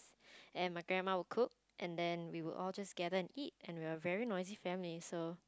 and my grandma would cook and then we would all just gather and eat and we are a very noisy family so